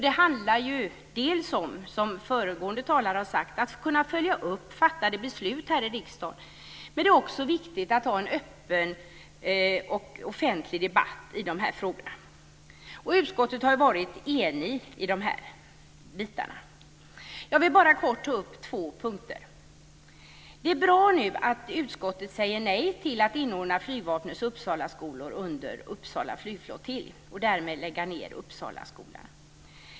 Det handlar ju, som föregående talare sagt, om att kunna följa upp fattade beslut här i riksdagen. Men det är också viktigt att ha en öppen och offentlig debatt i de här frågorna. Utskottet har varit enigt vad gäller de här bitarna. Jag vill helt kort ta upp två punkter. Det är bra att utskottet säger nej till att inordna Flygvapnets Uppsalaskolor under Upplands flygflottilj och därmed lägga ned Uppsalaskolan.